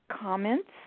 comments